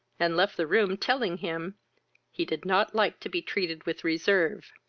and left the room, telling him he did not like to be treated with reserve,